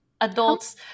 adults